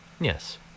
Yes